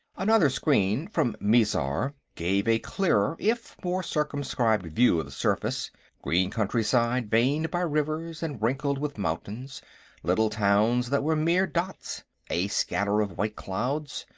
another screen, from mizar, gave a clearer if more circumscribed view of the surface green countryside, veined by rivers and wrinkled with mountains little towns that were mere dots a scatter of white clouds.